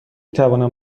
توانم